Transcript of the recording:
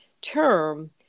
term